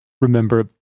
remember